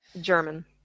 german